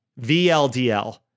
VLDL